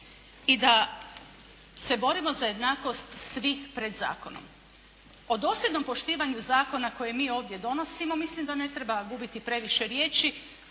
i da se borimo za jednakost svih pred zakonom. O dosljednom poštivanju zakona koje mi ovdje donosimo, mislim da ne treba gubiti previše riječi,